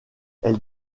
elle